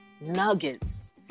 nuggets